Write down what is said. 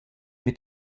mit